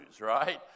right